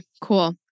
cool